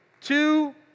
Two